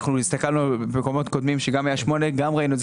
הסתכלנו במקומות קודמים שם המספר היה שמונה גם ראינו את זה